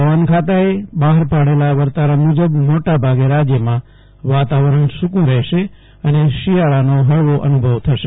હવામાન ખાતાએ બહાર પાડેલા વર્તારા મુજબ મોટા ભાગે રાજ્યમાં વાતાવરણ સુકું રહેશે અને શિયાળાનો હળવો અનુભવ થશે